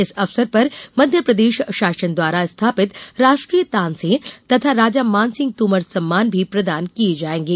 इस अवसर पर मध्यप्रदेश शासन द्वारा स्थापित राष्ट्रीय तानसेन तथा राजा मानसिंह तोमर सम्मान भी प्रदान किए जाएँगे